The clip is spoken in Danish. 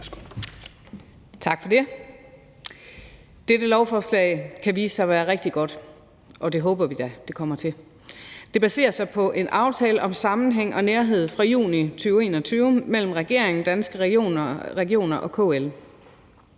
Tak for det. Dette lovforslag kan vise sig at være rigtig godt, og det håber vi da det kommer til. Det baserer sig på en aftale om sammenhæng og nærhed fra juni 2021 mellem regeringen, Danske Regioner og KL.